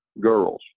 girls